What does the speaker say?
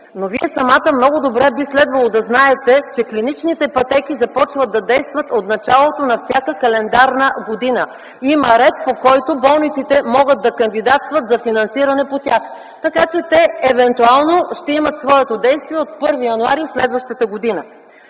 но Вие самата много добре би следвало да знаете, че клиничните пътеки започват да действат от началото на всяка календарна година. Има ред, по който болниците могат да кандидатстват за финансиране по тях. Така че те евентуално ще имат своето действие от 1 януари следващата година.